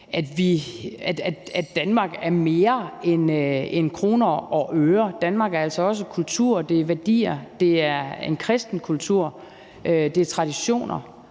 at Danmark er mere end kroner og øre. Danmark er altså også kultur, det er værdier, det er en kristen kultur, det er